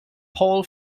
paul